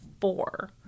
four